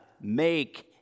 make